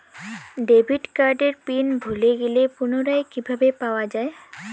Debit কার্ডের PIN ভুলে গেলে পুনরায় কিভাবে পাওয়া য়ায়?